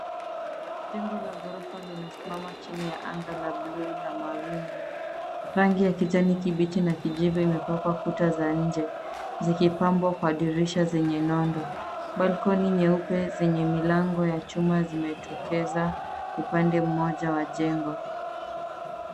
Jengo la ghorofa linasimama chini ya anga la buluu na mawingu. Rangi ya kijani kibichi na kijivu imepakwa kuta za nje, zikipambwa kwa dirisha zenye nondo. cs[Balcony]cs nyeupe zenye milango ya chuma zimetokeza upande moja wa jengo.